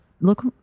Look